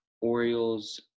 Orioles